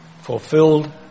fulfilled